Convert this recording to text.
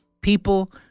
people